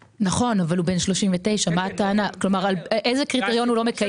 נכון, אבל הוא בן 39. איזה קריטריון הוא לא מקיים?